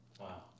Wow